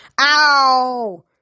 Ow